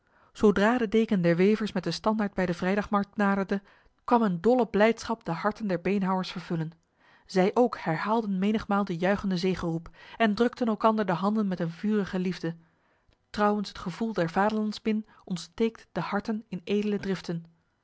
zodra de deken der wevers met de standaard bij de vrijdagmarkt naderde kwam een dolle blijdschap de harten der beenhouwers vervullen zij ook herhaalden menigmaal de juichende zegeroep en drukten elkander de handen met een vurige liefde trouwens het gevoel der vaderlandsmin ontsteekt de harten in edele driften